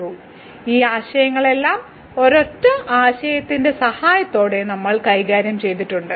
L'Hospital ഈ ആശയങ്ങളെല്ലാം ഒരൊറ്റ ആശയത്തിന്റെ സഹായത്തോടെ നമ്മൾ കൈകാര്യം ചെയ്തിട്ടുണ്ട്